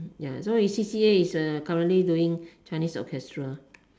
ya so his C_C_A is currently doing chinese orchestra